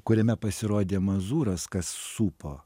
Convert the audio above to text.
kuriame pasirodė mazuras kas supo